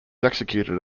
executed